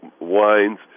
wines